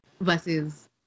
versus